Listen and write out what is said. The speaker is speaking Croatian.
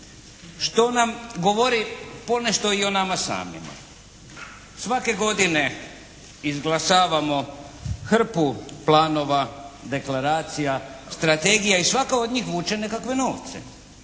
što nam govori ponešto i o nama samima. Svake godine izglasavamo hrpu planova, deklaracija, strategija i svaka od njih vuče nekakve novce.